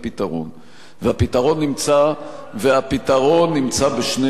והפתרון נמצא בשני כיוונים,